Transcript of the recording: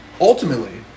Ultimately